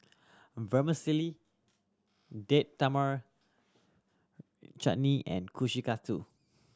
Vermicelli Date Tamarind Chutney and Kushikatsu